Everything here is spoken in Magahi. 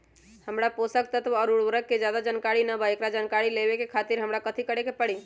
हमरा पोषक तत्व और उर्वरक के ज्यादा जानकारी ना बा एकरा जानकारी लेवे के खातिर हमरा कथी करे के पड़ी?